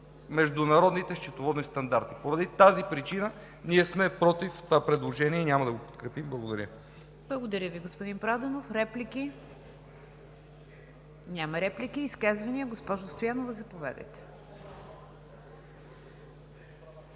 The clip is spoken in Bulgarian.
международните счетоводни стандарти. Поради тази причина ние сме против това предложение и няма да го подкрепим. Благодаря. ПРЕДСЕДАТЕЛ НИГЯР ДЖАФЕР: Благодаря Ви, господин Проданов. Реплики? Няма. Изказвания? Госпожо Стоянова, заповядайте.